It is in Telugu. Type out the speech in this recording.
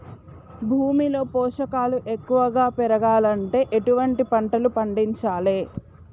భూమిలో పోషకాలు ఎక్కువగా పెరగాలంటే ఎటువంటి పంటలు పండించాలే?